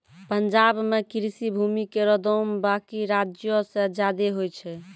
पंजाब म कृषि भूमि केरो दाम बाकी राज्यो सें जादे होय छै